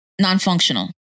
non-functional